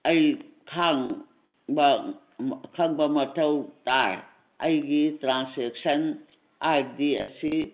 ꯑꯩ ꯈꯪꯕ ꯈꯪꯕ ꯃꯊꯧ ꯇꯥꯏ ꯑꯩꯒꯤ ꯇ꯭ꯔꯥꯟꯁꯦꯛꯁꯟ ꯑꯥꯏ ꯗꯤ ꯑꯁꯤ